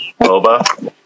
Boba